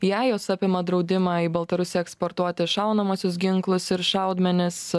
jei jos apima draudimą į baltarusiją eksportuoti šaunamosios ginklus ir šaudmenis